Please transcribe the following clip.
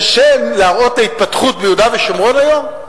קשה להראות את ההתפתחות ביהודה ושומרון היום?